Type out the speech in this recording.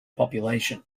population